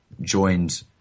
joined